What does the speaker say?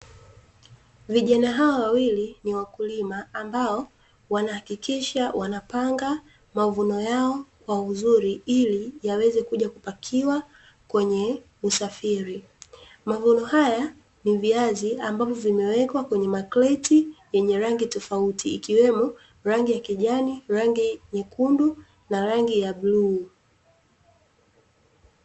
Vijana hawa wawili ni wakulima ambao wanahakikisha wanapanga mavuno yao kwa uzuri ili yaweze kuja kupakiwa kwenye usafiri. Mavuno haya ni viazi ambavyo vimewekwa kwenye makreti yenye rangi tofauti ikiwemo rangi ya kijani, rangi nyekundu, na rangi ya bluu.